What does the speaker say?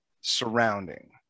surrounding